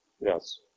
Yes